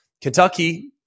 Kentucky